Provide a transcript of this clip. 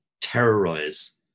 terrorize